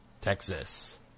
Texas